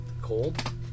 cold